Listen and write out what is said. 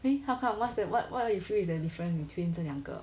eh how come what's what what do you feel is the difference between 这两个